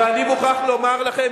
ואני מוכרח לומר לכם,